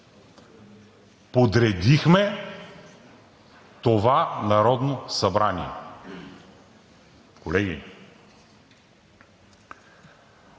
подредихме това Народно събрание.“ Колеги,